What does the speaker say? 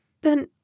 Then